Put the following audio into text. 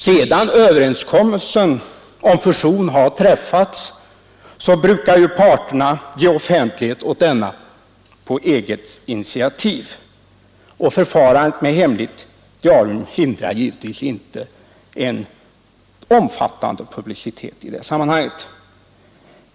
Sedan överenskommelse om fusion träffats brukar parterna på eget initiativ ge offentlighet åt denna. Förfarandet med hemligt diarium hindrar givetvis inte en omfattande publicitet i det sammanhanget.